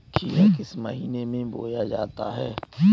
खीरा किस महीने में बोया जाता है?